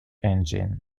engine